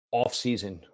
off-season